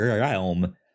realm